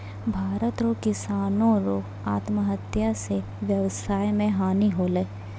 भारत रो किसानो रो आत्महत्या से वेवसाय मे हानी होलै